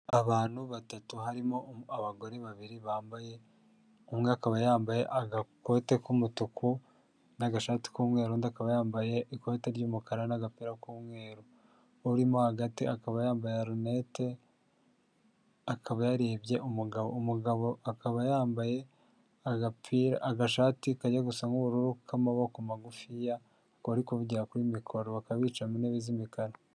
Abantu batatu harimo abagore babiri bambaye umwe akaba yambaye agakote k'umutuku n'agashati k'umweru undi akaba yambaye ikote ry'umukara n'agapira k'umweru urimo hagati akaba yambaye rinete akaba yarebye umugabo, umugabo akaba yambaye agapira agashati kajya gusa nk'ubururu k'amaboko magufiya akaba ari kuvugira kuri mikoro bakaba bicaye mu intebe z'imikara.